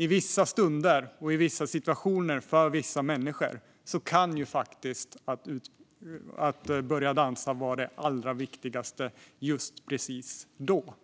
I vissa stunder och situationer kan för vissa människor att börja dansa vara det allra viktigaste just precis då.